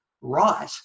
right